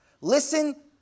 Listen